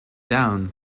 down